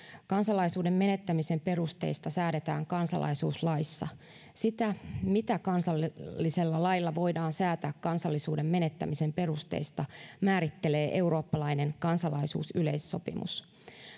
kansalaisuuden menettämisen perusteista säädetään kansalaisuuslaissa sitä mitä kansallisella lailla voidaan säätää kansallisuuden menettämisen perusteista määrittelee eurooppalainen kansalaisuusyleissopimus